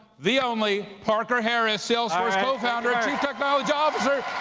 the only, parker harris, salesforce cofounder and chief technology officer.